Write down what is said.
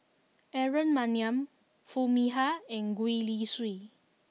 Aaron Maniam Foo Mee Har and Gwee Li Sui